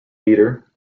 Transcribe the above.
leader